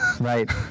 Right